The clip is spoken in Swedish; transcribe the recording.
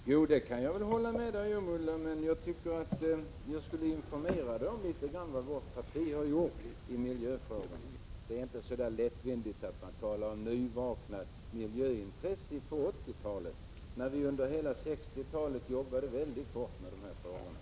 Herr talman! Jo, det kan jag väl hålla med Ulla Tillander om. Men jag tycker att jag skall informera litet om vad vårt parti har gjort i frågan. Det är inte så att man lättvindigt kan tala om ett nyvaknat miljöintresse på 1980-talet, när vi under hela 1960-talet jobbat väldigt hårt med dessa frågor.